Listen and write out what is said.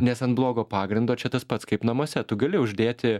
nes ant blogo pagrindo čia tas pats kaip namuose tu gali uždėti